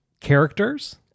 characters